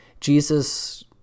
Jesus